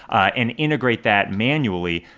and integrate that manually.